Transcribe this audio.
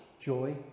joy